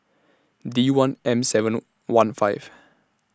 D one M seven one five